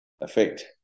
effect